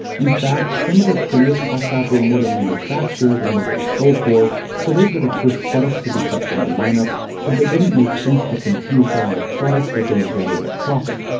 in fact, some of their printers cost apple more to manufacture than what they sold for, so those were the first products to be cut from the lineup, since it didn't make sense to continue selling a product that didn't generate a profit.